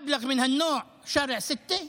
סכום מהסוג הזה עבור כביש 6?